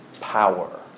power